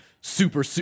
super